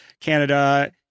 Canada